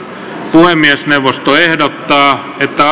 puhemiesneuvosto ehdottaa että